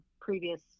previous